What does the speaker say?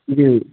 जी